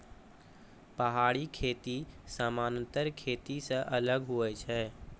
पहाड़ी खेती समान्तर खेती से अलग हुवै छै